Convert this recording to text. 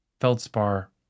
Feldspar